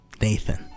Nathan